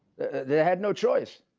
they had no choice.